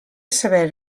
saber